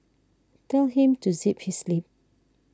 tell him to zip his lip